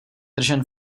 držen